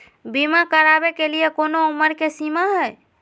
बीमा करावे के लिए कोनो उमर के सीमा है?